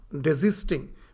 desisting